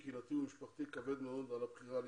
קהילתי ומשפחתי כבד מאוד בגלל הבחירה להתגייס.